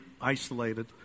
isolated